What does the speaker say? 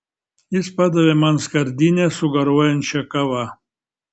jis padavė man skardinę su garuojančia kava